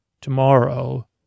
tomorrow